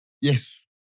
Yes